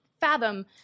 fathom